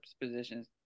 positions